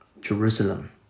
Jerusalem